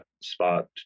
spot